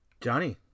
Johnny